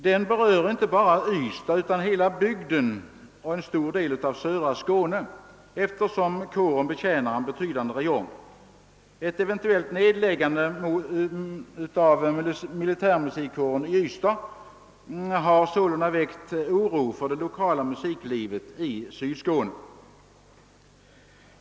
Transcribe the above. Den berör inte bara Ystad utan hela bygden däromkring — ja, en stor del av södra Skåne, eftersom kåren betjänar en betydande räjong. Ett hot om eventuell nedläggning av militärmusikkåren i Ystad har sålunda väckt oro för det lokala musiklivet i Sydskåne.